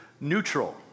neutral